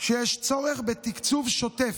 שיש צורך בתקצוב שוטף.